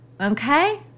Okay